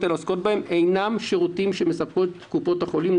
האלה עוסקות בהם אינם שירותים שמספקות קופות החולים,